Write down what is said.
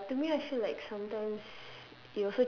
ya to me I feel like sometimes